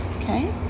okay